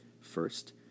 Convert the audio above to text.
First